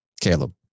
Caleb